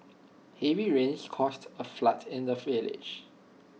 heavy rains caused A flood in the village